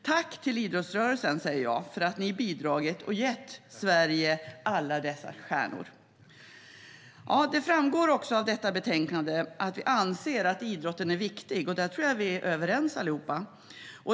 Jag vill tacka idrottsrörelsen för att ni bidragit till och gett Sverige alla dessa stjärnor. Det framgår också av detta betänkande att vi anser att idrotten är viktig, det är vi nog alla överens om.